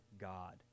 God